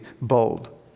bold